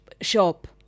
shop